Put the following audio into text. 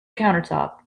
countertop